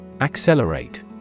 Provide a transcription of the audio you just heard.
Accelerate